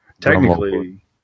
technically